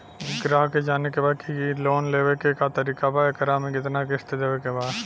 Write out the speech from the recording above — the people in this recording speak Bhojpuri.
ग्राहक के जाने के बा की की लोन लेवे क का तरीका बा एकरा में कितना किस्त देवे के बा?